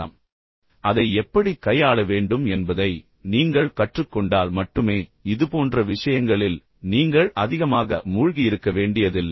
ஆனால் அதே நேரத்தில் நீங்கள் கவலையை உணர வேண்டிய அவசியமில்லை அதை எப்படி கையாள வேண்டும் என்பதை நீங்கள் கற்றுக்கொண்டால் மட்டுமே இதுபோன்ற விஷயங்களில் நீங்கள் அதிகமாக மூழ்கி இருக்க வேண்டியதில்லை